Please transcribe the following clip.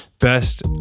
Best